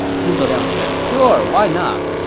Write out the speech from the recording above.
zhuge liang said, sure, why not?